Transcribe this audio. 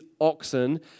oxen